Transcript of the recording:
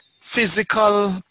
physical